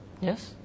Yes